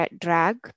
drag